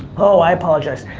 oh, i apologize,